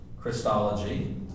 Christology